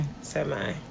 Semi